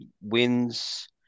wins